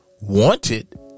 Wanted